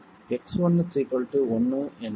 X1 1 என்றால்